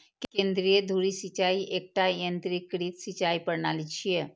केंद्रीय धुरी सिंचाइ एकटा यंत्रीकृत सिंचाइ प्रणाली छियै